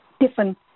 different